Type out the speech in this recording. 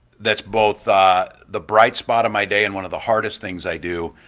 that's both the the bright spot of my day and one of the hardest things i do,